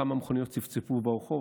כמה מכוניות צפצפו ברחוב,